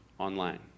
online